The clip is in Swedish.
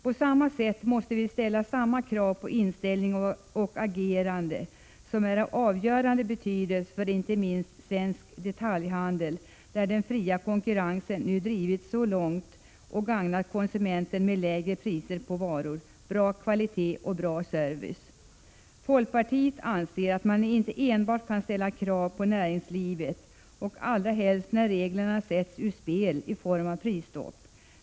På samma sätt måste krav ställas på inställning och agerande, vilket har avgörande betydelse för inte minst svensk detaljhandel, där den fria konkurrensen nu har drivits så långt och gagnat konsumenterna med lägre priser på varor, bra kvalitet och bra service. Folkpartiet anser att man inte enbart kan ställa krav på näringslivet, allra helst när reglerna sätts ur spel genom prisstopp.